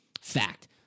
fact